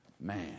Man